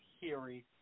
hearing